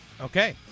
Okay